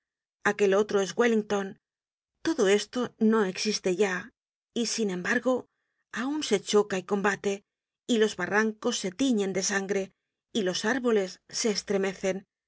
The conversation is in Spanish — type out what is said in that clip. es napoleon aquel otro es wellington todo esto no existe ya y sin embargo aun se choca y combate y los barrancos se tiñen de sangre y los árboles se estremecen